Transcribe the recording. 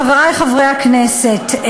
חברי חברי הכנסת,